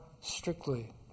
strictly